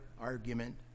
argument